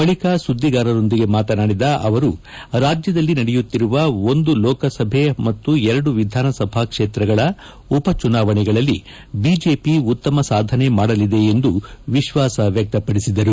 ಬಳಿಕ ಸುದ್ದಿಗಾರರೊಂದಿಗೆ ಮಾತನಾಡಿದ ಅವರು ರಾಜ್ಯದಲ್ಲಿ ನಡೆಯುತ್ತಿರುವ ಒಂದು ಲೋಕಸಭೆ ಮತ್ತು ಎರದು ವಿಧಾನಸಭಾ ಕ್ಷೇತ್ರಗಳ ಉಪ ಚುನಾವಣೆಗಳಲ್ಲಿ ಬಿಜೆಪಿ ಉತ್ತಮ ಸಾಧನೆ ಮಾಡಲಿದೆ ಎಂದು ವಿಶ್ವಾಸ ವ್ಯಕ್ತಪಡಿಸಿದರು